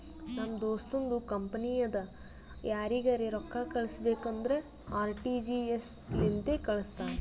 ನಮ್ ದೋಸ್ತುಂದು ಕಂಪನಿ ಅದಾ ಯಾರಿಗರೆ ರೊಕ್ಕಾ ಕಳುಸ್ಬೇಕ್ ಅಂದುರ್ ಆರ.ಟಿ.ಜಿ.ಎಸ್ ಲಿಂತೆ ಕಾಳುಸ್ತಾನ್